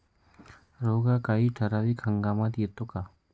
रोग हा काही ठराविक हंगामात येतो का?